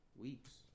weeks